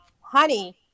honey